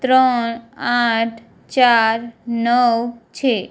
ત્રણ આઠ ચાર નવ છે